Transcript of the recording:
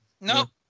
no